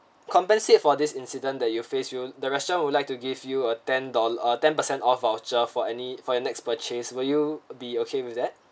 compensate for this incident that you faced you will the restaurant would like to give you a ten dollar uh ten percent off voucher for any for your next purchase will you be okay with that